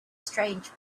strange